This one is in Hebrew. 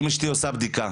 אם אשתי עושה בדיקה